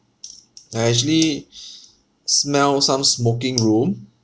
I actually smell some smoking room